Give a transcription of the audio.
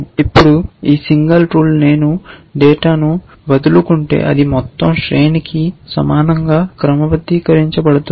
ఇప్పుడు ఈ single rule నేను డేటాను వదులుకుంటే అది మొత్తం శ్రేణికి సమానంగా క్రమబద్ధీకరించబడుతుంది